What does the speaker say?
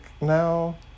now